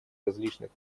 различных